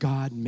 God